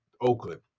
Oakland